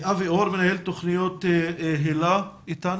אבי אור, מנהל תוכנית היל"ה, איתנו?